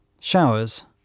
Showers